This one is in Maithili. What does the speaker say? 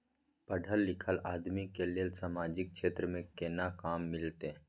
पढल लीखल आदमी के लेल सामाजिक क्षेत्र में केना काम मिलते?